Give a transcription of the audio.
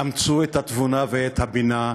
אמצו את התבונה ואת הבינה,